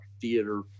theater